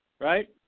right